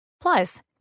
Plus